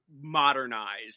modernize